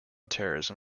terrorism